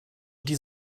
die